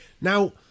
Now